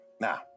Now